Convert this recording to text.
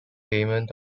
payment